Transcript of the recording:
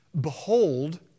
Behold